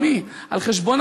מזל,